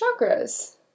chakras